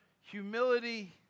Humility